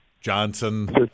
Johnson